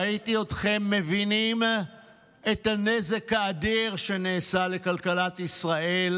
ראיתי אתכם מבינים את הנזק האדיר שנעשה לכלכלת ישראל,